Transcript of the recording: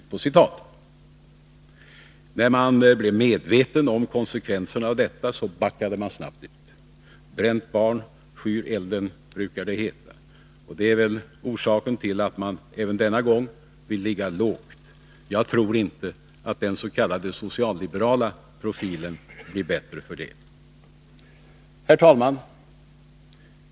När man blev medveten om konsekvenserna av detta, backade man snabbt ut. Bränt barn skyr elden, brukar det heta. Det är väl orsaken till att man även denna gång vill ligga lågt. Jag tror inte att den s.k. socialliberala profilen blir bättre av det. Herr talman!